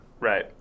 Right